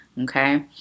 okay